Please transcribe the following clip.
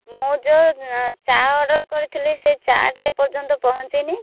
ମୁଁ ଯେଉଁ ଚା' ଅର୍ଡ଼ର୍ କରିଥିଲି ସେଇ ଚା'ଟା ଏପର୍ଯ୍ୟନ୍ତ ପହଞ୍ଚିନି